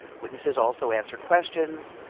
witnesses also answer questions.